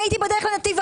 כי אני הייתי בטוחה שבעת